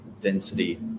density